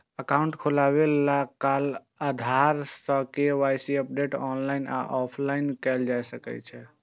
account खोलबैत काल आधार सं के.वाई.सी अपडेट ऑनलाइन आ ऑफलाइन कैल जा सकै छै